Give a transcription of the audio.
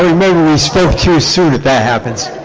maybe we spoke too soon if that happens.